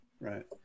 Right